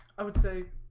i would say.